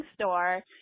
store